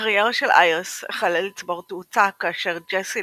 הקריירה של איירס החלה לצבור תאוצה כאשר ג'סי